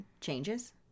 changes